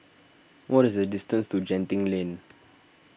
what is the distance to Genting Lane